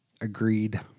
Agreed